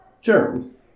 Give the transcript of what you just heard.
germs